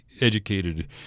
educated